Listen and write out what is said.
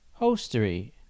Holstery